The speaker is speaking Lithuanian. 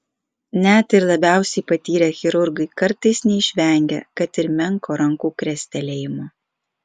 net ir labiausiai patyrę chirurgai kartais neišvengia kad ir menko rankų krestelėjimo